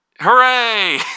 Hooray